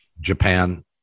Japan